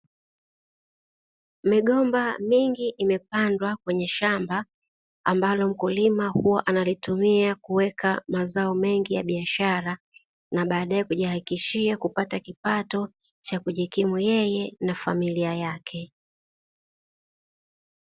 Migomba mingi imepandwa kwenye shamba ambalo mkulima huwa analitumia kuweka mazao mengi ya biashara, na baadaye kujihakikishia kupata kipato cha kujikimu yeye na familia yake.